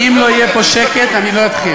אם לא יהיה פה שקט, אני לא אתחיל.